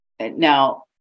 Now